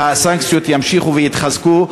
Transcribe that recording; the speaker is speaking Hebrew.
והסנקציות ימשיכו ויתחזקו.